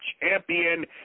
Champion